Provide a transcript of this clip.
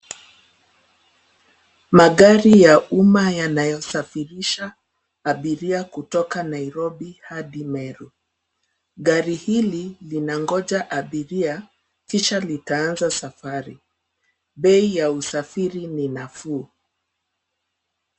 Magari ya umma yanayosafirisha abiria kutoka Nairobi hadi Meru. Gari hili linangoja abiria kisha litaanza safari. Bei ya usafiri ni nafuu.